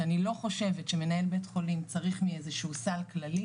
שאני לא חושבת שמנהל בי"ח צריך מאיזשהו סל כללי,